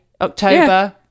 October